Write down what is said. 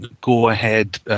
go-ahead